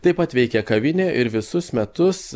taip pat veikia kavinė ir visus metus